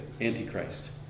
Antichrist